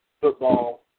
football